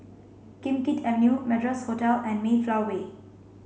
Kim Keat Avenue Madras Hotel and Mayflower Way